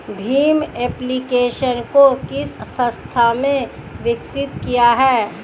Bhim application को किस संस्था ने विकसित किया है?